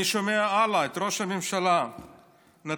הלאה, אני שומע את ראש הממשלה נתניהו